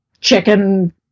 chicken